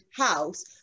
house